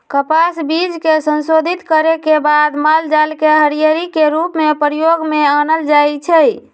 कपास बीज के संशोधित करे के बाद मालजाल के हरियरी के रूप में प्रयोग में आनल जाइ छइ